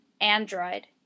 Android